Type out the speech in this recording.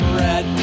red